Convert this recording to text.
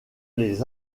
les